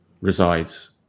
resides